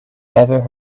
ever